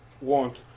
want